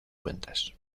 cuentas